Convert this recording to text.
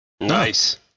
Nice